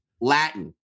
Latin